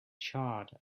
charred